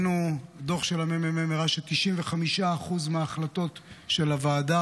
דוח של הממ"מ הראה ש-95% מההחלטות של הוועדה